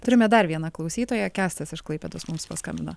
turime dar vieną klausytoją kęstas iš klaipėdos mums paskambino